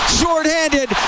shorthanded